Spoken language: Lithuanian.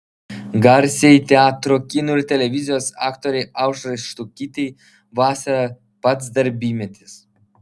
garsiai teatro kino ir televizijos aktorei aušrai štukytei vasara pats darbymetis